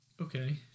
okay